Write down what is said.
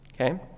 Okay